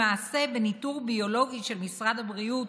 למעשה, בניטור ביולוגי של משרד הבריאות